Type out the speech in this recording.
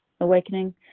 awakening